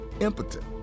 impotent